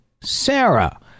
Sarah